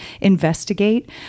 investigate